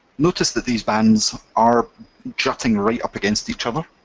notice that these bands are jutting right up against each other.